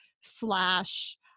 slash